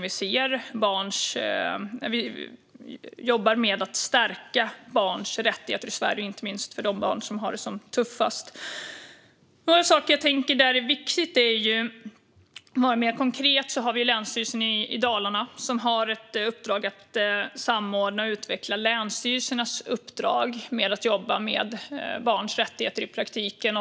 Vi jobbar med att stärka barns rättigheter i Sverige, inte minst för de barn som har det tuffast. Det finns några saker som jag tänker är viktiga. För att vara mer konkret har vi gett Länsstyrelsen i Dalarnas län i uppdrag att samordna och utveckla länsstyrelsernas uppdrag med att jobba med barns rättigheter i praktiken.